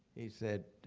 he said,